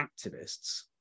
activists